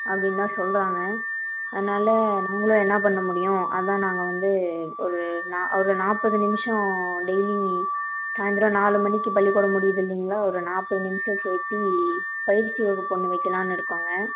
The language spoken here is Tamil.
அப்படின்னு தான் சொல்கிறாங்க அதனால நாங்களும் என்ன பண்ணமுடியும் அதான் நாங்கள் வந்து ஒரு நா ஒரு நாற்பது நிமிடம் டெய்லியும் சாய்ந்திரம் நாலு மணிக்கு பள்ளிக்கூடம் முடியுது இல்லைங்களா ஒரு நாற்பது நிமிடம் சேர்த்தி பயிற்சி வகுப்பு ஒன்று வைக்கிலான்னு இருக்கோங்க